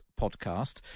podcast